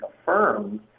affirmed